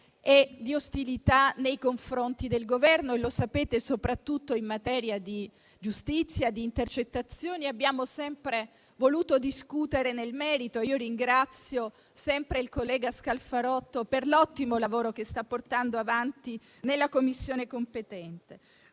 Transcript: o di ostilità nei confronti del Governo. Come sapete, soprattutto in materia di giustizia e di intercettazioni, abbiamo sempre voluto discutere nel merito. Io ringrazio sempre il collega Scalfarotto per l'ottimo lavoro che sta portando avanti nella Commissione competente,